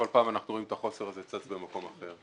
כל פעם אנחנו רואים את החוסר הזה במקום אחר.